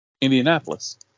Indianapolis